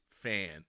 fan